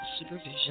supervision